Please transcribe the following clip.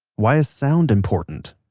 why is sound important?